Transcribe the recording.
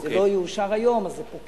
אם זה לא יאושר היום, זה פוקע.